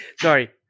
Sorry